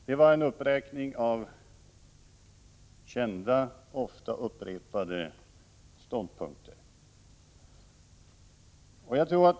Det var en uppräkning av kända och ofta upprepade ståndpunkter.